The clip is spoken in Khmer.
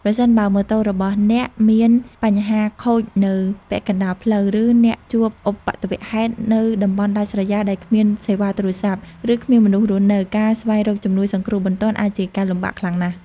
ប្រសិនបើម៉ូតូរបស់អ្នកមានបញ្ហាខូចនៅពាក់កណ្តាលផ្លូវ ឬអ្នកជួបឧបទ្ទវហេតុនៅតំបន់ដាច់ស្រយាលដែលគ្មានសេវាទូរស័ព្ទ ឬគ្មានមនុស្សរស់នៅ ការស្វែងរកជំនួយសង្គ្រោះបន្ទាន់អាចជាការលំបាកខ្លាំងណាស់។